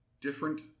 different